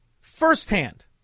firsthand